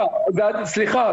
סליחה,